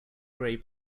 gray